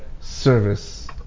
service